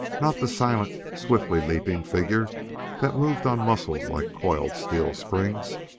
not the silent, swiftly-leaping figure that moved on muscles like coiled steel springs!